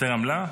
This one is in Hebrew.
יותר עמלה?